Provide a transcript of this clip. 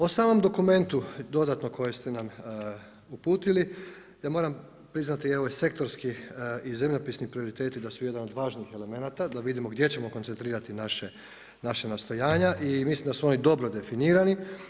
O samom dokumentu dodatno koje ste nam uputili ja moram priznati evo i sektorski i zemljopisni prioriteti da su jedan od važnih elemenata, da vidimo gdje ćemo koncentrirati naša nastojanja i mislim da su oni dobro definirani.